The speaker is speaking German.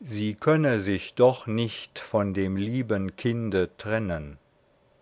sie könne sich noch nicht von dem lieben kinde trennen